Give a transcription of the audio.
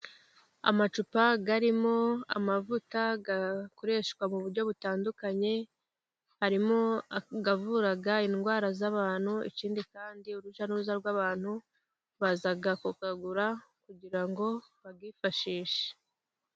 Amacupa arimo amavuta akoreshwa mu buryo butandukanye, harimo avura indwara z'abantu ikindi kandi urujya n'uruza rw'abantu, baza kuyagura kugira ngo bayifashishe.